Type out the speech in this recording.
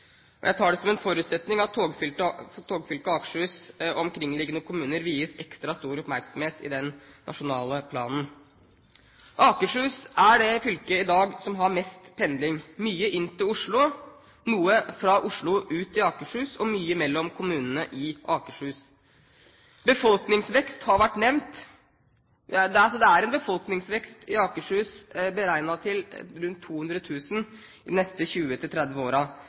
Jeg tar det som en forutsetning at togfylket Akershus og omkringliggende kommuner vies ekstra stor oppmerksomhet i den nasjonale planen. Akershus er det fylket i dag som har mest pendling – mye inn til Oslo, noe fra Oslo og ut til Akershus, og mye mellom kommunene i Akershus. Befolkningsvekst har vært nevnt. Det er beregnet en befolkningsvekst i Akershus på rundt 200 000 de neste